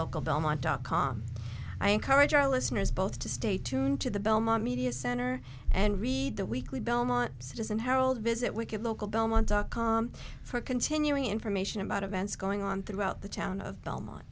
local belmont dot com i encourage our listeners both to stay tuned to the belmont media center and read the weekly belmont citizen herald visit wicked local belmont dot com for continuing information about events going on throughout the town of belmont